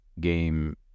game